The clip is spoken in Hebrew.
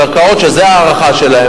קרקעות שזו הערכה שלהן,